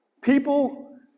people